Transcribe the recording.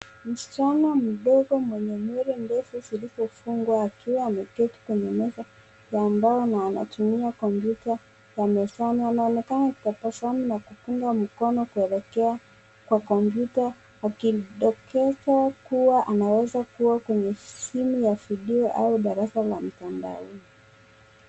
Msichana mdogo mwenye nywele ndefu zilizofungwa akiwa ameketi kwenye meza ya mbao na wanatumia kompyuta ya mezani. Anaonekana kupapasana na kupunga mkono kuelekea kwa kompyuta akidokeza kuwa anaweza kuwa kwenye simu ya video au darasa la mtandaoni.